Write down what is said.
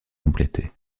complétée